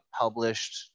published